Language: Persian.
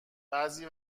بعضی